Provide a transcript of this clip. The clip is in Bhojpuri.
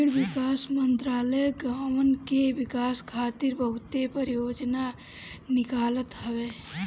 ग्रामीण विकास मंत्रालय गांवन के विकास खातिर बहुते परियोजना निकालत हवे